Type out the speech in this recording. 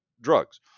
drugs